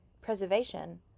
preservation